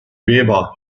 weber